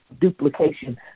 duplication